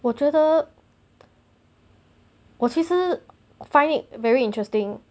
我觉得我其实 find it very interesting